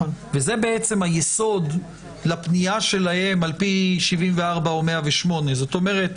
זה בעצם היסוד לפנייה שלהם על פי 74 או 108. זאת אומרת,